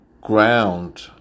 ground